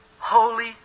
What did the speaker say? holy